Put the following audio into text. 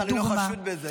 אני בטח לא חשוד בזה,